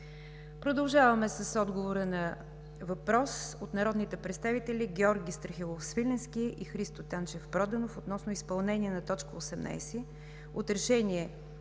Продължаваме с отговора на въпрос от народните представители Георги Страхилов Свиленски и Христо Танчев Проданов, относно изпълнение на т. 18 от Решение